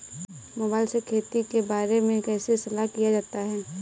Mobile से खेती के बारे कैसे सलाह लिया जा सकता है?